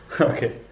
Okay